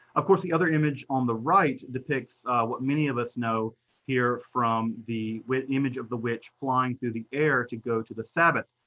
of course, the other image on the right depicts what many of us know here from the image of the witch flying through the air to go to the sabbath.